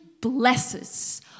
blesses